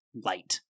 light